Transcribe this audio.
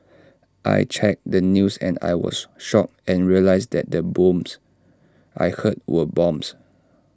I checked the news and I was shocked and realised that the booms I heard were bombs